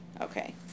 Okay